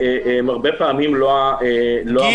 והם הרבה פעמים לא המדד הנכון לקבל לפיו החלטות.